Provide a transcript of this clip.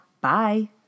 Bye